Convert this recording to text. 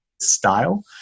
style